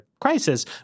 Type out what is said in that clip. crisis